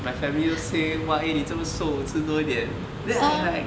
my family also say !wah! eh 你这么瘦吃多一点 then I like